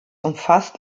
umfasst